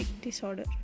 disorder